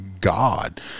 God